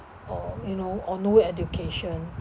or you know or no education